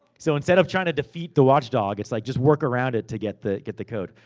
so, instead of trying to defeat the watchdog, it's like, just work around it, to get the get the code.